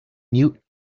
mute